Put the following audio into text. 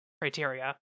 criteria